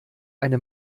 eine